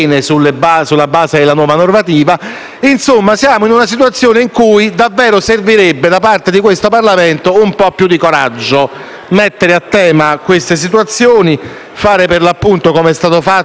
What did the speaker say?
Insomma, siamo in una situazione in cui davvero servirebbe, da parte di questo Parlamento, un po' più di coraggio per affrontare queste situazioni e fare come è stato fatto in altri Parlamenti di altri Paesi europei